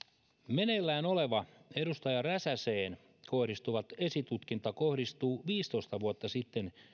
meneillään oleva edustaja räsäseen kohdistuva esitutkinta kohdistuu viisitoista vuotta sitten